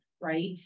right